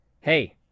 hey